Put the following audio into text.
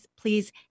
please